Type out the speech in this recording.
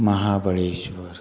Mahabaleshwar